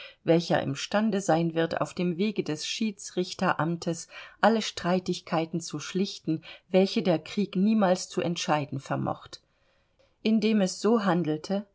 welcher im stande sein wird auf dem wege des schiedsrichteramtes alle streitigkeiten zu schlichten welche der krieg niemals zu entscheiden vermocht indem es so handelte